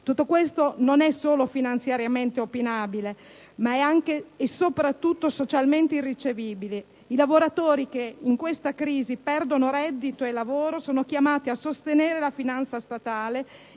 Tutto questo non è solo finanziariamente opinabile, ma è anche, e soprattutto, socialmente irricevibile. I lavoratori che con questa crisi perdono reddito e lavoro sono chiamati a sostenere la finanza statale